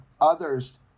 others